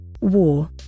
War